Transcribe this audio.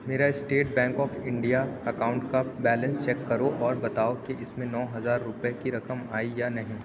میرا state bank of India account کا balance check کرو اور بتاؤ کہ اس میں نو ہزار روپے کی رقم آئی یا نہیں